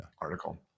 article